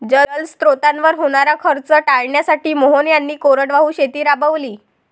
जलस्रोतांवर होणारा खर्च टाळण्यासाठी मोहन यांनी कोरडवाहू शेती राबवली